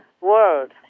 world